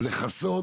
לכסות